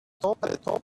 toppled